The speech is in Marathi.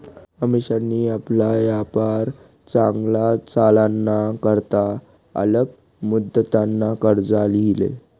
अमिशानी आपला यापार चांगला चालाना करता अल्प मुदतनं कर्ज ल्हिदं